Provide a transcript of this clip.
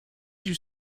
you